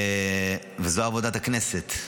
וזו עבודת הכנסת.